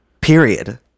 period